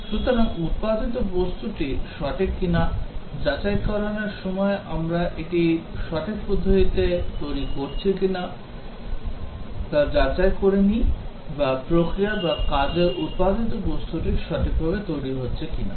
সুতরাং উৎপাদিত বস্তুটি সঠিক কিনা যাচাইকরণের সময় আমরা এটি সঠিক পদ্ধতিতে তৈরি করছি কিনা তা যাচাই করে নিই বা প্রক্রিয়া বা কাজের উৎপাদিত বস্তুটি সঠিকভাবে তৈরি করা হচ্ছে কিনা